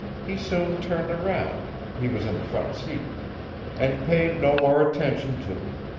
he soon turned around he was in the front seat and paid no more attention to him.